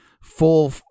full